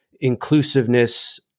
inclusiveness